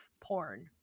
porn